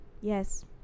Yes